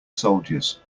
soldiers